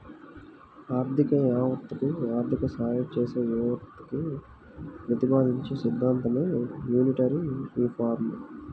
ఆర్థిక యావత్తకు ఆర్థిక సాయం చేసే యావత్తును ప్రతిపాదించే సిద్ధాంతమే మానిటరీ రిఫార్మ్